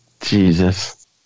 Jesus